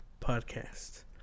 Podcast